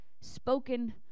spoken